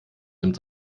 nimmt